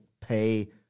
pay